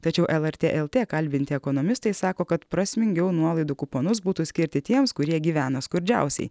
tačiau lrt lt kalbinti ekonomistai sako kad prasmingiau nuolaidų kuponus būtų skirti tiems kurie gyvena skurdžiausiai